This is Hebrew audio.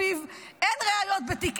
שלפיו אין ראיות בתיק